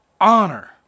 honor